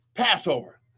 Passover